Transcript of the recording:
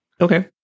Okay